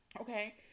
Okay